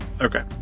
Okay